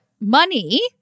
money